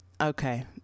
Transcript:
Okay